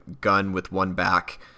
gun-with-one-back